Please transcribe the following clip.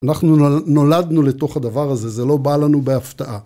אנחנו נולדנו לתוך הדבר הזה, זה לא בא לנו בהפתעה.